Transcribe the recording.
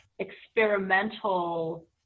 experimental